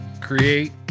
create